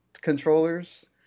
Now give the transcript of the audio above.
controllers